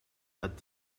what